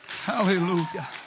Hallelujah